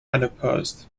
unopposed